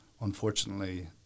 Unfortunately